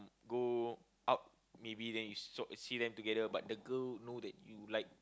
go out maybe then like you see them together but the girl know that you like